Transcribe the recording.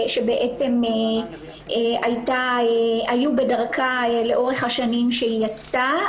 שבעצם היו בדרכה לאורך השנים שהיא עשתה,